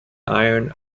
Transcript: iron